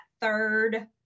third